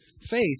faith